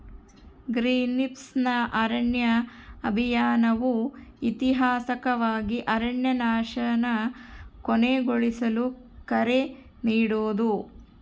ಗ್ರೀನ್ಪೀಸ್ನ ಅರಣ್ಯ ಅಭಿಯಾನವು ಐತಿಹಾಸಿಕವಾಗಿ ಅರಣ್ಯನಾಶನ ಕೊನೆಗೊಳಿಸಲು ಕರೆ ನೀಡೋದು